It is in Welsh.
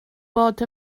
bod